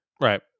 Right